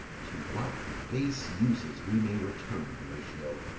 to what base uses we may return, horatio!